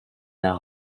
nach